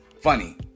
funny